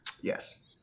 Yes